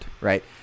right